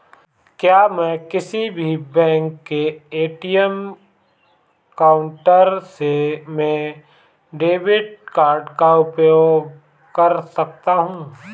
क्या मैं किसी भी बैंक के ए.टी.एम काउंटर में डेबिट कार्ड का उपयोग कर सकता हूं?